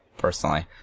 Personally